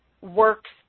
works